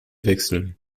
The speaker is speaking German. wechseln